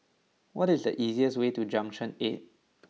what is the easiest way to Junction eight